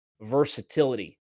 versatility